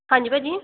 ਹਾਂਜੀ ਭਾਅ ਜੀ